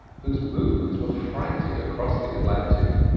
whose movements were frantic across the atlantic.